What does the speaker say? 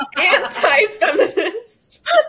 anti-feminist